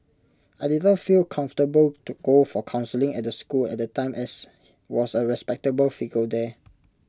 I didn't feel comfortable to go for counselling at the school at time as was A respectable figure there